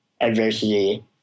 adversity